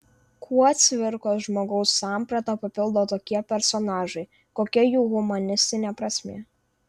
kuo cvirkos žmogaus sampratą papildo tokie personažai kokia jų humanistinė prasmė